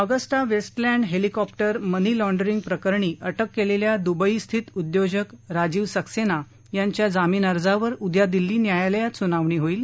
Agusta Westland helicopter money laundering प्ररकणी अटक केलेल्या दुबईस्थित उद्योजक राजीव सक्सेना याच्या जामिन अर्जावर उद्या दिल्ली न्यायालयात सुनावणी होईल